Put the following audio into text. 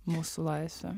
mūsų laisvė